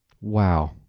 Wow